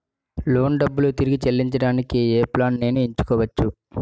Loan డబ్బులు తిరిగి చెల్లించటానికి ఏ ప్లాన్ నేను ఎంచుకోవచ్చు?